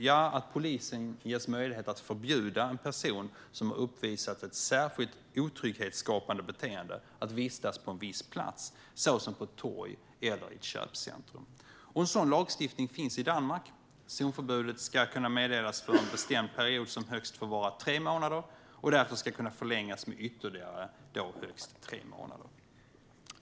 Det innebär att polisen ges möjlighet att förbjuda en person som har uppvisat ett särskilt otrygghetsskapande beteende att vistas på en viss plats, såsom på ett torg eller i ett köpcentrum. En sådan lagstiftning finns i Danmark. Zonförbudet ska kunna meddelas för en bestämd period som får vara högst tre månader. Därefter ska den kunna förlängas med ytterligare högst tre månader.